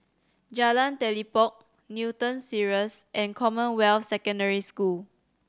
Jalan Telipok Newton Cirus and Commonwealth Secondary School